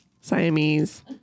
Siamese